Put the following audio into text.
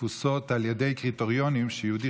תפוסות על ידי קריטריונים שאיתם יהודי